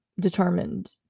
determined